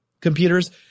computers